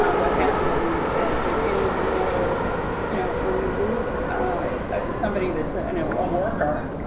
what happens is that there is no you know, when you lose somebody that's a and worker,